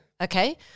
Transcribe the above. okay